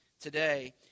today